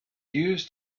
used